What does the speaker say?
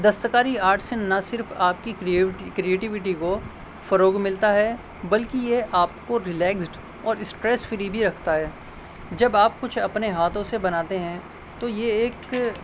دستکاری آرٹس نہ صرف آپ کی کریٹیویٹی کو فروغ ملتا ہے بلکہ یہ آپ کو رلیکسڈ اور اسٹریس فری بھی رکھتا ہے جب آپ کچھ اپنے ہاتھوں سے بناتے ہیں تو یہ ایک